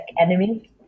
enemy